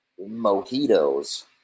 mojitos